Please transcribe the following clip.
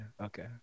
Okay